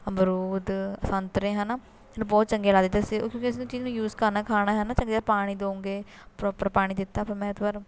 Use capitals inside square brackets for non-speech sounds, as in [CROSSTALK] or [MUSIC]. ਅਮਰੂਦ ਸੰਤਰੇ ਹੈ ਨਾ ਬਹੁਤ ਚੰਗੇ ਲੱਗਦੇ ਸੀ ਕਿਉਂਕਿ ਉਸ ਚੀਜ਼ ਨੂੰ ਯੂਸ ਕਰਨਾ ਖਾਣਾ ਹੈ ਨਾ ਚੰਗੀ ਤਰ੍ਹਾਂ ਪਾਣੀ ਦੋਂਗੇ ਪ੍ਰੋਪਰ ਪਾਣੀ ਦਿੱਤਾ ਫਿਰ ਮੈਂ [UNINTELLIGIBLE]